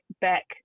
back